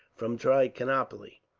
from trichinopoli.